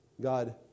God